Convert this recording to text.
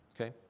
Okay